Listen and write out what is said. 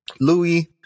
Louis